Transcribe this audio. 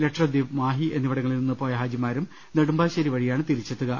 ലക്ഷദ്വീപ് മാഹി എന്നിവിടങ്ങളിൽ നിന്നുപോയ ഹാജിമാരും നെടുമ്പാശ്ശേരി വഴിയാണ് തിരി ച്ചെത്തുക